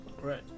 Right